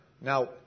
Now